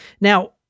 Now